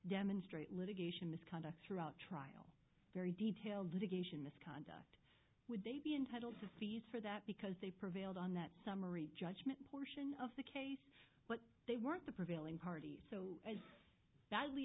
demonstrate litigation misconduct throughout trial very detailed litigation miska would they be entitled to seize for that because they prevailed on that summary judgment point of the case but they weren't the prevailing parties so badly